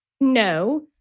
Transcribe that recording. no